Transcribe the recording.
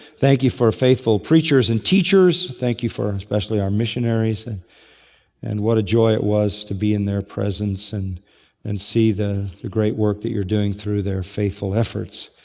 thank you for faithful preachers and teachers and thank you for especially our missionaries and and what a joy it was to be in their presence and and see the the great work that you're doing through their faithful efforts.